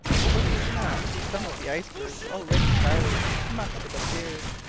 over whose mast some of the icebergs already towered, must have appeared!